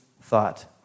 thought